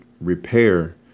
repair